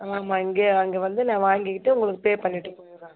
ஆமாம் இங்கே அங்கே வந்து நான் வாங்கிக்கிட்டு உங்களுக்கு பே பண்ணிவிட்டு போயிடுறேன்